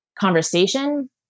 conversation